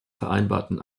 vereinbarten